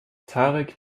tarek